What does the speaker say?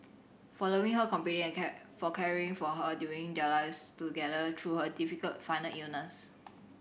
for loving her completely and for caring for her during your lives together through her difficult final illness